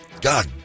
God